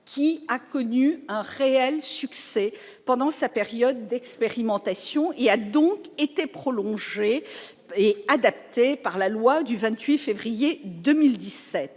qui, ayant connu un réel succès pendant sa période d'expérimentation, a été prolongé et adapté par la loi du 28 février 2017.